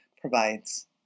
provides